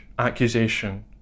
accusation